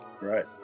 Right